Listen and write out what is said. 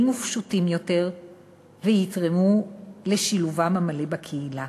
ופשוטים יותר ויתרמו לשילובם המלא בקהילה.